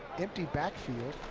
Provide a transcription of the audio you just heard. empty backfield.